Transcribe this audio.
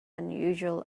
unusual